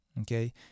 Okay